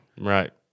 Right